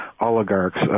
oligarchs